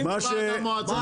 מהמחקרים.